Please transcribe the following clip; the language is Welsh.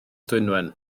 dwynwen